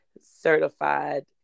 certified